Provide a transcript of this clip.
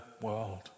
world